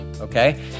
okay